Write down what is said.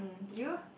you